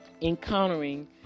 encountering